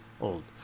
old